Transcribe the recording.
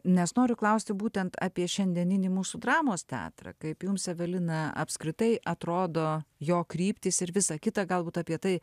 nes noriu klausti būtent apie šiandieninį mūsų dramos teatrą kaip jums evelina apskritai atrodo jo kryptys ir visa kita galbūt apie tai